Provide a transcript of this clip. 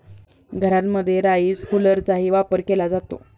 घरांमध्ये राईस हुलरचाही वापर केला जातो